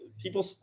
people